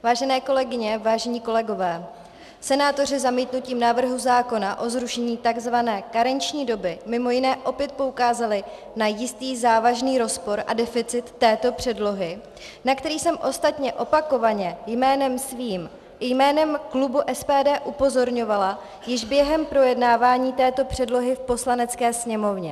Vážené kolegyně, vážení kolegové, senátoři zamítnutím návrhu zákona o zrušení tzv. karenční doby mimo jiné opět poukázali na jistý závažný rozpor a deficit této předlohy, na který jsem ostatně opakovaně jménem svým i jménem klubu SPD upozorňovala již během projednávání této předlohy v Poslanecké sněmovně.